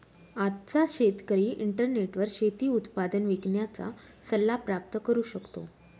आजचा शेतकरी इंटरनेटवर शेती उत्पादन विकण्याचा सल्ला प्राप्त करू शकतो